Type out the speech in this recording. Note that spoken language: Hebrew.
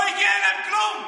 לא הגיע אליהם כלום.